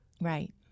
Right